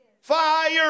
Fire